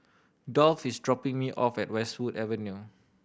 Dolph is dropping me off at Westwood Avenue